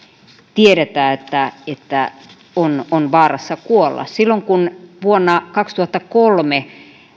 tiedetään että sataviisikymmentä ihmistä on vaarassa kuolla silloin kun vuonna kaksituhattakolme